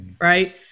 Right